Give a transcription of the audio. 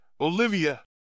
Olivia